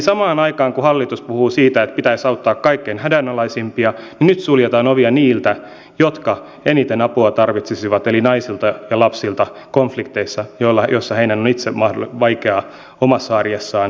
samaan aikaan kun hallitus puhuu siitä että pitäisi auttaa kaikkein hädänalaisimpia niin nyt suljetaan ovia niiltä jotka eniten apua tarvitsisivat eli naisilta ja lapsilta konflikteissa joissa heidän on itse vaikeaa omassa arjessaan löytää turvaa